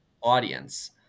audience